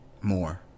More